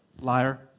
Liar